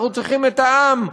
אנחנו צריכים את העם,